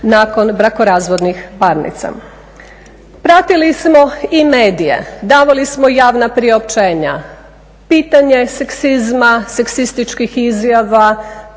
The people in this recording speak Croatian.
nakon brakorazvodnih parnica. Pratili smo i medije, davali smo javna priopćenja. Pitanje seksizma, seksističkih izjava,